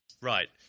Right